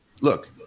look